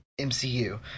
MCU